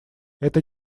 это